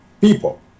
people